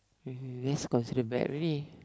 uh that's considered bad already